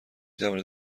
توانید